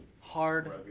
hard